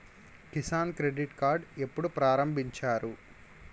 Kisan credit card ఎప్పుడు ప్రారంభించారు?